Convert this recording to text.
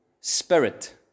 spirit